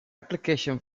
application